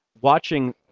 watching